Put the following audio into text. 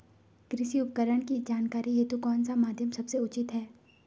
कृषि उपकरण की जानकारी हेतु कौन सा माध्यम सबसे उचित है?